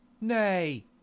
nay